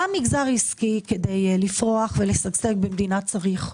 מה מגזר עסקי כדי לפרוח ולשגשג במדינה צריך?